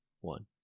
one